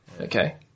Okay